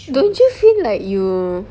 don't you feel like you